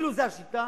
זאת השיטה?